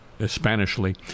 Spanishly